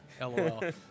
LOL